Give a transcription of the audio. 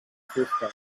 fusta